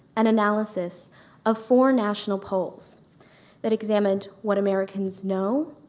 and analysis of four national polls that examined what americans know,